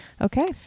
Okay